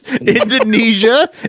Indonesia